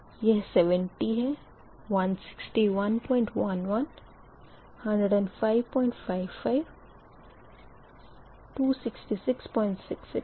यह 70 1611 10555 26666 है